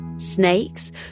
Snakes